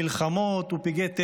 מלחמות ופגעי טבע.